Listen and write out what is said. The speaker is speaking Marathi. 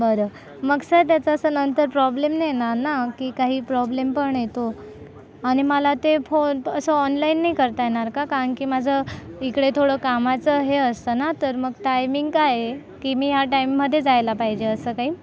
बरं मग सर त्याचं असं नंतर प्रॉब्लेम नाही येणार ना की काही प्रॉब्लेम पण येतो आणि मला ते फोन असं ऑनलाईन नाही करता येणार का कारण की माझं इकडे थोडं कामाचं हे असतं ना तर मग टायमिंग काय आहे की मी ह्या टाइममध्ये जायला पाहिजे असं काही